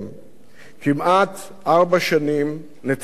כמעט ארבע שנים נתניהו מבטיח,